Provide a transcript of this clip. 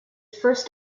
first